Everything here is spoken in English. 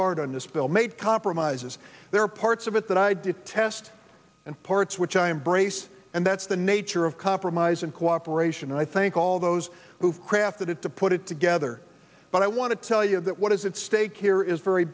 hard on this bill made compromises there are parts of it that i detest and parts which i embrace and that's the nature of compromise and cooperation and i thank all those who've crafted it to put it together but i want to tell you that what is its stake here is very